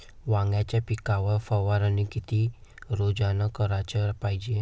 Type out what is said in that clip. वांग्याच्या पिकावर फवारनी किती रोजानं कराच पायजे?